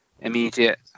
immediate